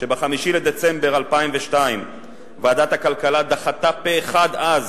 כשב-5 בדצמבר 2002 ועדת הכלכלה דחתה פה-אחד אז